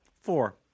Four